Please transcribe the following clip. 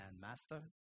master